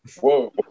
Whoa